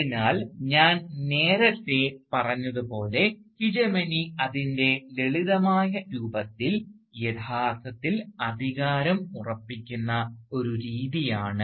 അതിനാൽ ഞാൻ നേരത്തെ പറഞ്ഞതുപോലെ ഹീജെമനി അതിൻറെ ലളിതമായ രൂപത്തിൽ യഥാർത്ഥത്തിൽ അധികാരം ഉറപ്പിക്കുന്ന ഒരു രീതിയാണ്